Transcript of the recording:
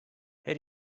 her